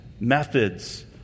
methods